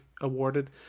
awarded